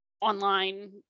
online